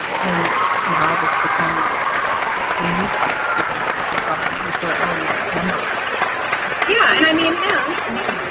and now this becomes like a new fight that they have to take on with their own members yeah. and i mean and i mean,